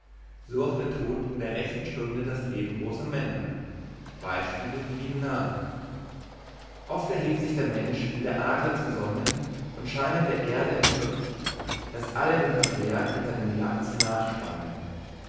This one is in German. so auch der tod in der rechten stunde das leben großer männer beispiele liegen nahe oft erhebt sich der mensch wie der adler zur sonne und scheinet der erde entrückt daß alle dem verklärten in seinem glanze